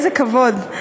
איזה כבוד.